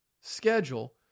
schedule